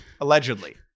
allegedly